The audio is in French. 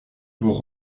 pour